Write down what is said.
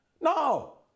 No